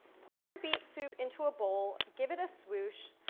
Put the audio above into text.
pour your beet soup into a bowl, give it a swoosh,